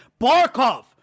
Barkov